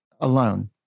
alone